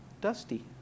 Dusty